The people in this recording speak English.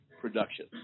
production